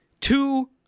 Two